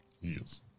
Yes